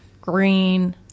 green